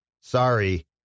Sorry